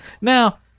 Now